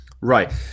Right